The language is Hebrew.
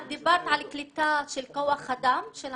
את דיברת על קליטה של כוח אדם של המשרד,